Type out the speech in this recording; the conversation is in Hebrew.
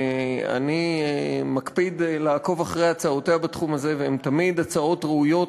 ואני מקפיד לעקוב אחרי הצעותיה בתחום הזה והן תמיד הצעות ראויות,